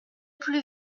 plus